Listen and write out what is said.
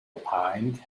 opined